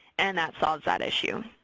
and that resolves that issue.